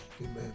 Amen